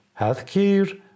healthcare